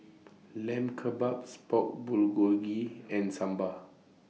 Lamb Kebabs Pork Bulgogi and Sambar